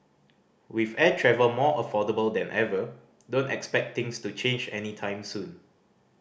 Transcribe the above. with air travel more affordable than ever don't expect things to change any time soon